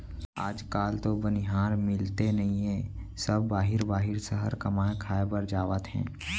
आज काल तो बनिहार मिलते नइए सब बाहिर बाहिर सहर कमाए खाए बर जावत हें